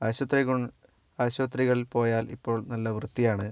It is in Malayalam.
ആശുപത്രി കൊൻ ആശുപത്രികളിൽ പോയാൽ ഇപ്പോൾ നല്ല വൃത്തിയാണ്